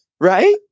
Right